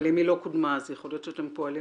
אבל אם היא לא קודמה אז יכול להיות שאתם פועלים